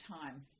time